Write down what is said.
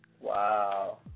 Wow